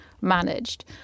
managed